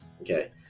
Okay